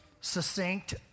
succinct